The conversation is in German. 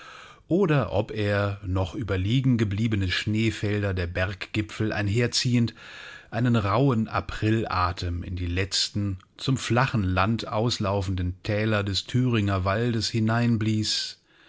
oder ob er noch über liegengebliebene schneefelder der berggipfel einherziehend einen rauhen aprilatem in die letzten zum flachen land auslaufenden thäler des thüringer waldes